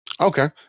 Okay